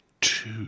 two